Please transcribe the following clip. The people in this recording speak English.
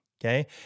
Okay